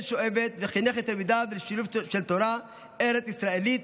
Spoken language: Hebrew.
שואבת וחינך את תלמידיו לשילוב של תורה ארץ ישראלית,